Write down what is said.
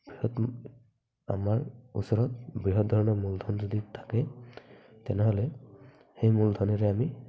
আকৌ আমাৰ ওচৰত বৃহৎ ধৰণৰ মূলধন যদি থাকে তেনেহ'লে সেই মূলধনেৰে আমি